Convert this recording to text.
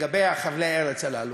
לגבי חבלי הארץ הללו?